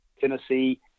Tennessee